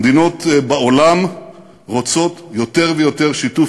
המדינות בעולם רוצות יותר ויותר שיתוף